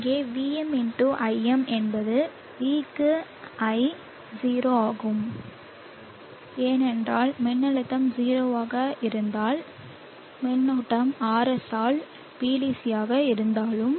இங்கே Vm into Im என்பது V க்கு I 0 ஆகும் ஏனென்றால் மின்னழுத்தம் 0 ஆக இருந்தாலும் மின்னோட்டம் RS ஆல் Vdc ஆக இருந்தாலும்